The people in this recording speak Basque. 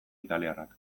italiarrak